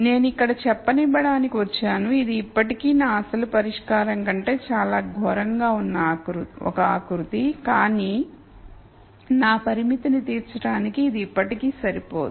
నేను ఇక్కడ చెప్పనివ్వటానికి వచ్చాను ఇది ఇప్పటికీ నా అసలు పరిష్కారం కంటే చాలా ఘోరంగా ఉన్న ఒక ఆకృతి కానీ నా పరిమితిని తీర్చడానికి ఇది ఇప్పటికీ సరిపోదు